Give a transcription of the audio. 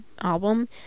album